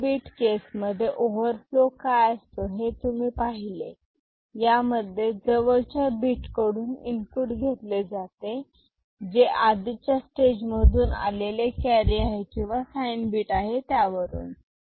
8 bit केसमध्ये overflow काय असतो हे तुम्ही पाहिले यामध्ये जवळच्या बीट कडून इनपुट घेतले जाते जे आधीच्या स्टेज मधून आलेले कॅरी आहे किंवा साईं बीट आहे त्यावरून